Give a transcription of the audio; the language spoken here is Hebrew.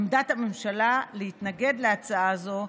עמדת הממשלה להתנגד להצעה זאת,